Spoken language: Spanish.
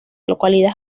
localidad